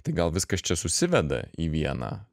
tai gal viskas čia susiveda į vieną